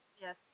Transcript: Yes